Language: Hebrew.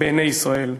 בעיני ישראל.